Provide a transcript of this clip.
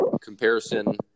Comparison